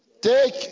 Take